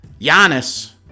Giannis